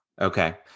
Okay